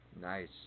Nice